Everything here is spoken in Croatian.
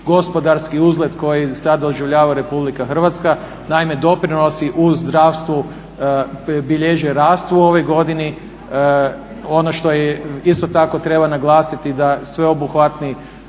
gospodarski uzlet koji sad doživljava RH. Naime, doprinosi u zdravstvu bilježe rast u ovoj godini. Ono što isto tako treba naglasiti da sveobuhvatni